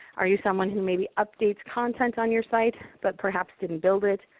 are you someone who maybe updates content on your site, but perhaps didn't build it?